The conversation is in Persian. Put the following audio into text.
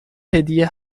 هدیه